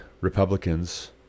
Republicans